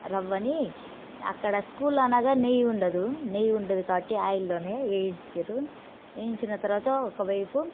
రవ్వని అక్కడ స్కూల్ అనగా నెయ్యి ఉండదు నెయ్యి ఉండదు కాబట్టి ఆయిల్లోనే వేయించారు వేయించిన తర్వాత ఒకవైపు